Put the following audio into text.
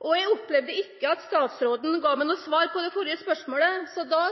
Jeg opplevde ikke at statsråden ga meg noe svar på det forrige spørsmålet, så da